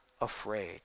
afraid